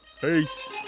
Peace